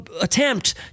attempt